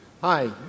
Hi